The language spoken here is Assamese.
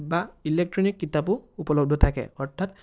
বা ইলেক্ট্ৰনিক কিতাপো উপলব্ধ থাকে অৰ্থাৎ